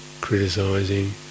criticizing